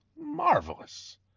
Marvelous